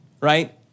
right